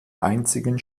einzigen